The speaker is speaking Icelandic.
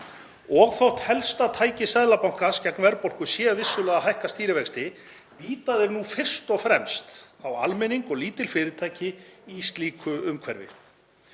Og þótt helsta tæki Seðlabankans gegn verðbólgu sé vissulega að hækka stýrivexti þá bíta þeir nú fyrst og fremst almenning og lítil fyrirtæki í slíku umhverfi.